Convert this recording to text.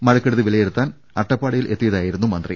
മഴക്കെടുതി വിലയിരുത്താൻ അട്ടപ്പാടിയിലെത്തിയതായിരുന്നു മന്ത്രി